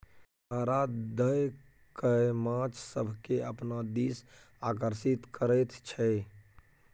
चारा दए कय माछ सभकेँ अपना दिस आकर्षित करैत छै